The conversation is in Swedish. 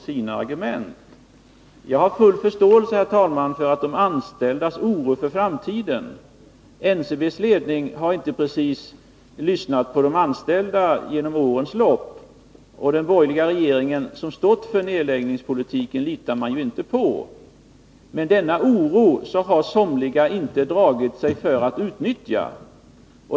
Jag har, herr talman, full förståelse för de anställdas oro för framtiden — NCB:s ledning har inte precis lyssnat på de anställda genom årens lopp, och den borgerliga regeringen, som stått för nedläggningspolitiken, litar man ju inte på. Men denna oro har somliga inte dragit sig för att utnyttja.